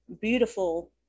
beautiful